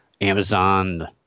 Amazon